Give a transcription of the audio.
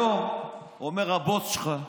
היום אומר הבוס שלך,